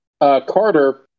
Carter